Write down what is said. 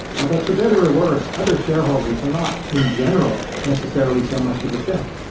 ah but for better or worse, other shareholders are not, in general, necessarily so much of a check.